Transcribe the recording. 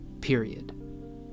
period